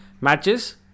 matches